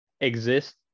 exist